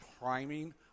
priming